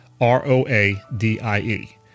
R-O-A-D-I-E